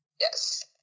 Yes